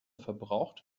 verbraucht